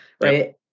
right